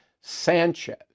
Sanchez